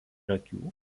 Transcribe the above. akių